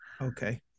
okay